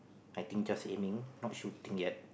I think just aiming not shooting yet